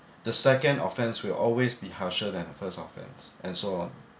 the second offence will always be harsher than first offence and so on